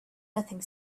nothing